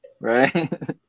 right